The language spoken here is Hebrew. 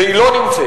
והיא לא נמצאת,